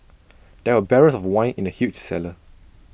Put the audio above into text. there were barrels of wine in the huge cellar